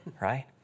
right